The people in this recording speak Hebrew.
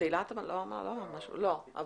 אני